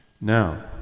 Now